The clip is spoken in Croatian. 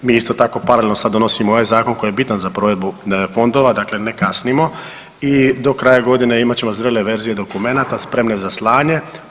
Mi isto tako paralelno donosimo ovaj zakon koji je bitan za provedbu fondova, dakle ne kasnimo i do kraja godine imat ćemo zrele verzije dokumenata spremne za slanje.